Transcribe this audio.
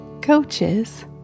coaches